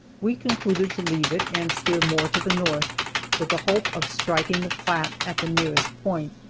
we concluded to leave it and steer more to the north with the hope of striking the platte at the nearest point.